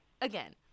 again